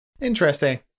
Interesting